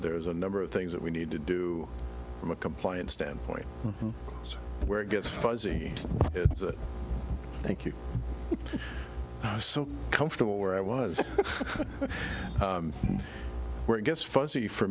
there's a number of things that we need to do from a compliant standpoint where it gets fuzzy thank you so comfortable where i was where it gets fuzzy for